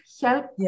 help